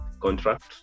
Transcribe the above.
contract